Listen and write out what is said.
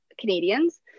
Canadians